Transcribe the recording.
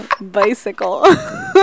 Bicycle